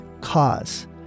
cause